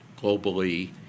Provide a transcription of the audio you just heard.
globally